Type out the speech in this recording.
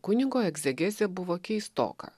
kunigo egzegezė buvo keistoka